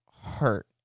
hurt